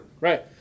Right